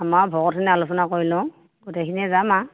আমাৰ ভকতখিনিয়ে আলোচনা কৰি লওঁ গোটেখিনিয়ে যাম আৰু